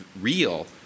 real